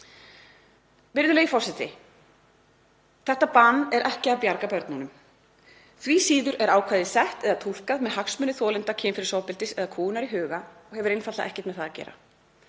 Virðulegur forseti. Þetta bann er ekki að bjarga börnunum. Því síður er ákvæðið sett eða túlkað með hagsmuni þolenda kynferðisofbeldis eða kúgunar í huga og hefur einfaldlega ekkert með það að gera.